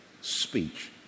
Speech